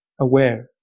aware